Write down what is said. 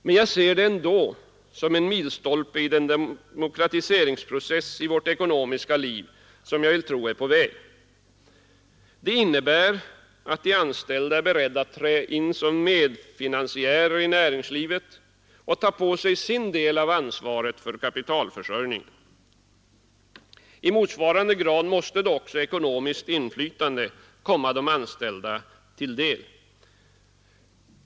Men jag ser det ändå som en milstolpe i den demokratiseringsprocess i vårt ekonomiska liv som jag vill tro är på väg. Det innebär att de anställda är beredda att träda in som medfinansiärer i näringslivet och ta på sig sin del av ansvaret för kapitalförsörjningen. I motsvarande grad måste då också ekonomiskt inflytande komma de anställda till del.